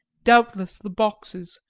doubtless the boxes,